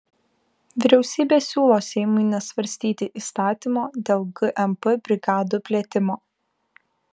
vyriausybė siūlo seimui nesvarstyti įstatymo dėl gmp brigadų plėtimo